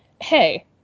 hey